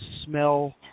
smell